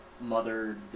Mother